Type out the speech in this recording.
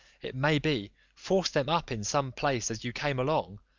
it may be, forced them up in some place as you came along,